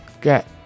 get